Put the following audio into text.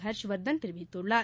ஹர்ஷ்வர்தன் தெரிவித்துள்ளார்